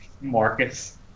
Marcus